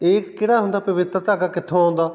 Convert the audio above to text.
ਇਹ ਕਿਹੜਾ ਹੁੰਦਾ ਪਵਿੱਤਰ ਧਾਗਾ ਕਿੱਥੋਂ ਆਉਂਦਾ